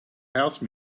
house